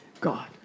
God